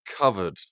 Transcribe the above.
covered